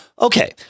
okay